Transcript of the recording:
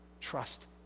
trust